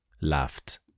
laughed